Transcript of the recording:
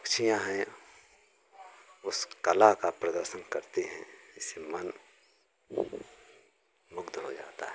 पक्षियाँ हैं उस कला का प्रदर्शन करती हैं इससे मन मुग्ध हो जाता है